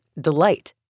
delight